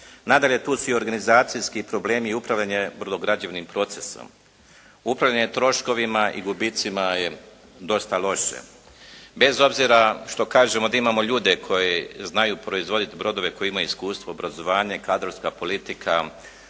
Nadalje, tu su i organizacijski problemi i upravljanje brodograđevnim procesom. Upravljanje troškovima i gubicima je dosta loše. Bez obzira što kažemo da imamo ljude koji znaju proizvoditi brodove, koji imaju iskustva obrazovanja i kadrovska politika